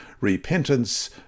repentance